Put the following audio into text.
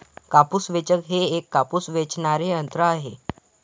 कापूस वेचक हे एक कापूस वेचणारे यंत्र आहे